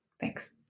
Thanks